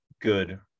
good